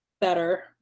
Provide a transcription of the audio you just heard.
better